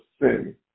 sin